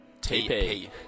TP